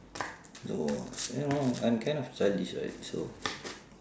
no you know I'm kind of childish right so